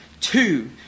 two